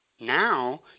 Now